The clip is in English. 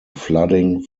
flooding